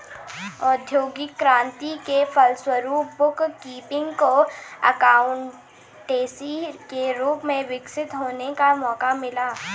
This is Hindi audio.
औद्योगिक क्रांति के फलस्वरूप बुक कीपिंग को एकाउंटेंसी के रूप में विकसित होने का मौका मिला